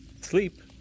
Sleep